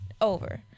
over